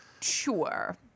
Sure